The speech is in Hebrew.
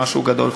משהו גדול,